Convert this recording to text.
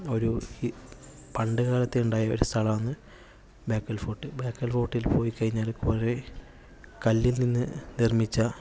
ഒരു പണ്ട് കാലത്തുണ്ടായ ഒര് സ്ഥലമാണ് ബേക്കൽ ഫോർട്ട് ബേക്കൽ ഫോർട്ടിൽ പോയി കഴിഞ്ഞാൽ കുറെ കല്ലിൽ നിന്ന് നിർമ്മിച്ച